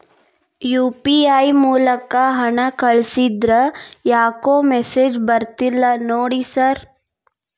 UPI ಮೂಲಕ ಹಣ ಕಳಿಸಿದ್ರ ಯಾಕೋ ಮೆಸೇಜ್ ಬರ್ತಿಲ್ಲ ನೋಡಿ ಸರ್?